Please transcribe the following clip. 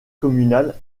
communal